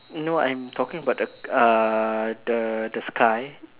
no I'm talking about the uh the the sky